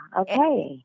okay